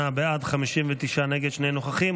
38 בעד, 59 נגד, שני נוכחים.